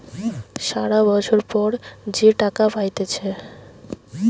সারা বছর পর যে টাকা পাইতেছে